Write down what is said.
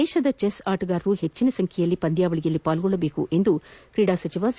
ದೇಶದ ಚೆಸ್ ಆಟಗಾರರು ಹೆಚ್ಚಿನ ಸಂಖ್ಯೆಯಲ್ಲಿ ಪಂದ್ಧಾವಳಿಯಲ್ಲಿ ಪಾಲ್ಗೊಳ್ಳಬೇಕೆಂದು ಕ್ರೀಡಾ ಸಚಿವ ಸಿ